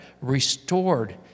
restored